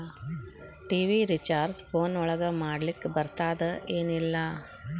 TV recharge phone ಒಳಗ ಮಾಡ್ಲಿಕ್ ಬರ್ತಾದ ಏನ್ ಇಲ್ಲ?